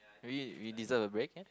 we we deserve a break ya